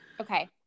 Okay